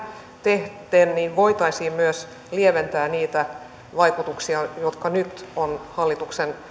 tehden voitaisiin myös lieventää niitä vaikutuksia jotka nyt ovat hallituksen